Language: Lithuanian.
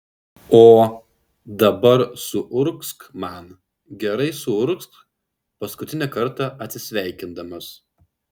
o dabar suurgzk man gerai suurgzk paskutinį kartą atsisveikindamas